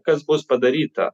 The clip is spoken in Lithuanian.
kas bus padaryta